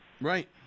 Right